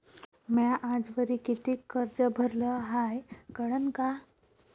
म्या आजवरी कितीक कर्ज भरलं हाय कळन का?